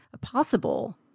possible